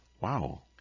Wow